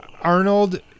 Arnold